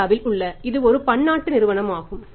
இந்தியாவில் உள்ள இது ஒரு பன்னாட்டு நிறுவனமாகும்